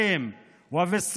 בבריאות,